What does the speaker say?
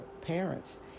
parents